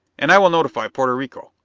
and i will notify porto rico.